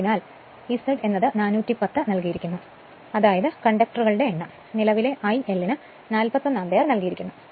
അതിനാൽ Z 410 നൽകിയിരിക്കുന്നു അതായത് കണ്ടക്ടറുടെ എണ്ണം ഈ നിലവിലെ I L ന് 41 ആമ്പിയർ നൽകിയിരിക്കുന്നു